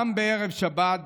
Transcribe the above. גם בערב שבת,